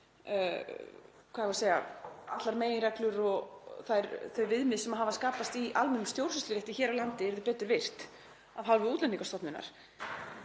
landi, þ.e. ef allar meginreglur, og þau viðmið sem hafa skapast í almennum stjórnsýslurétti hér á landi, yrðu betur virtar af hálfu Útlendingastofnunar.